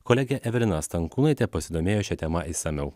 kolegė evelina stankūnaitė pasidomėjo šia tema išsamiau